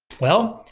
well,